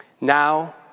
Now